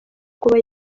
kuba